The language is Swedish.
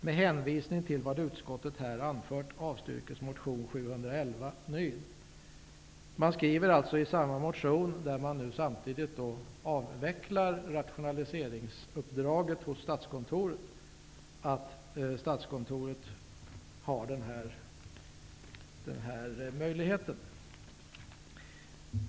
Med hänvisning till vad utskottet här anfört avstyrks motion Fi711 .'' Utskottsmajorieteten skriver alltså i den motion där man föreslår en avveckling av Statskontorets rationaliseringsuppdrag att Statkontoret fortfarande skall ha denna möjlighet.